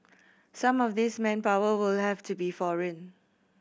some of this manpower will have to be foreign